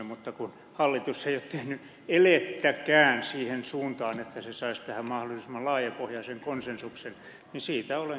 mutta kun hallitus ei ole tehnyt elettäkään siihen suuntaan että se saisi tähän mahdollisimman laajapohjaisen konsensuksen niin siitä olen